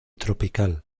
tropical